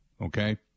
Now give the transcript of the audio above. Okay